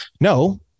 No